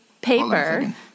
paper